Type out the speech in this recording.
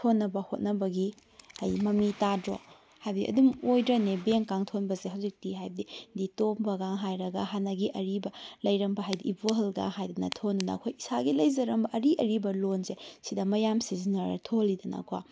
ꯊꯣꯟꯅꯕ ꯍꯣꯠꯅꯕꯒꯤ ꯍꯥꯏꯗꯤ ꯃꯃꯤ ꯇꯥꯗ꯭ꯔꯣ ꯍꯥꯏꯕꯗꯤ ꯑꯗꯨꯝ ꯑꯣꯏꯗ꯭ꯔꯅꯦ ꯕꯦꯡꯒ ꯊꯣꯟꯕꯁꯦ ꯍꯧꯖꯤꯛꯇꯤ ꯍꯥꯏꯕꯗꯤ ꯗꯤ ꯇꯣꯝꯕꯒ ꯍꯥꯏꯔꯒ ꯍꯥꯟꯅꯒꯤ ꯑꯔꯤꯕ ꯂꯩꯔꯝꯕ ꯍꯥꯏꯗꯤ ꯏꯕꯣꯍꯜꯒ ꯍꯥꯏꯗꯅ ꯊꯣꯟꯗꯅ ꯑꯩꯈꯣꯏ ꯏꯁꯥꯒꯤ ꯂꯩꯖꯔꯝꯕ ꯑꯔꯤ ꯑꯔꯤꯕ ꯂꯣꯟꯁꯦ ꯁꯤꯗ ꯃꯌꯥꯝ ꯁꯤꯖꯤꯟꯅꯔ ꯊꯣꯜꯂꯤꯗꯅꯀꯣ